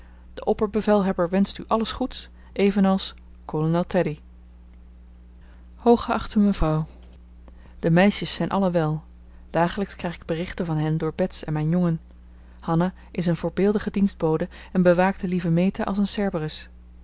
de opperbevelhebber wenscht u alles goeds evenals kolonel teddy hooggeachte mevrouw de meisjes zijn allen wel dagelijks krijg ik berichten van hen door bets en mijn jongen hanna is eene voorbeeldige dienstbode en bewaakt de lieve meta als een